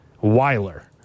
Weiler